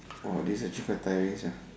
!wah! this is actually quite tiring sia